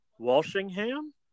Walshingham